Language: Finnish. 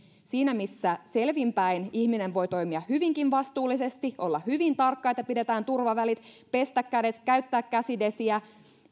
siinä missä selvin päin ihminen voi toimia hyvinkin vastuullisesti olla hyvin tarkka että pidetään turvavälit pestä kädet käyttää käsidesiä